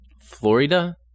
Florida